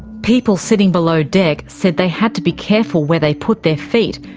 people sitting below deck said they had to be careful where they put their feet,